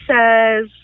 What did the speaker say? says